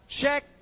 check